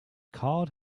card